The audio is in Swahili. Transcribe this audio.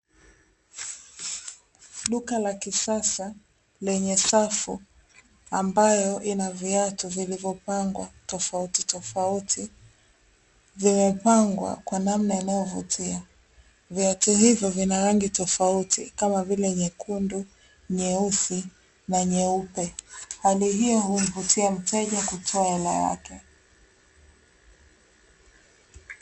Duka la kisasa lenye safu ambayo ina viatu vilivyopangwa tofauti tofauti, vilivyopangwa kwa namna inayovutia, viatu hivyo vina rangi tofauti tofauti, kama vile nyekundu, nyeusi na nyeupe. Hali hiyo humvutia mteja kutoa ela yake.